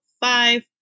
five